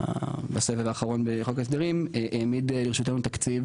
האוצר בסבב האחרון בחוק ההסדרים העמיד לרשותנו תקציב